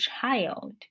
child